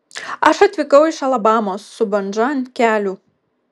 aš atvykau iš alabamos su bandža ant kelių